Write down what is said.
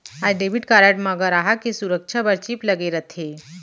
आज debit card म गराहक के सुरक्छा बर चिप लगे रथे